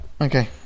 okay